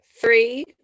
three